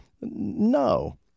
No